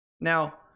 Now